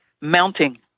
mounting